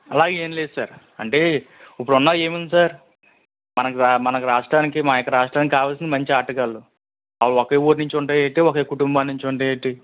అలా ఏం లేదు సార్ అంటే ఇప్పుడున్నా ఏముంది సార్ మనకు రా మనకు రాష్ట్రానికి మా యొక్క రాష్ట్రానికి కావాల్సింది మంచి ఆటగాళ్ళు ఆ ఒకే ఊరినుంచి ఉంటే ఏంటి ఒకే కుటుంబం నుంచి ఉంటే ఏంటి